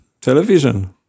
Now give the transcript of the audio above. Television